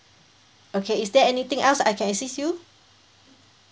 okay is there anything else I can assist you